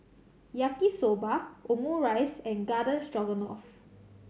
Yaki Soba Omurice and Garden Stroganoff